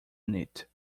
knit